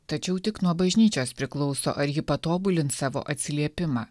tačiau tik nuo bažnyčios priklauso ar ji patobulins savo atsiliepimą